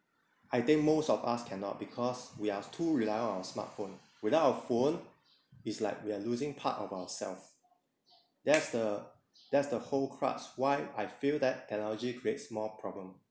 I think most of us cannot because we are too reliant on smart phone without our phone it's like we are losing part of ourself that's the that's the whole crux why I feel that technology creates more problem